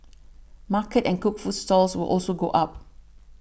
market and cooked food stalls will also go up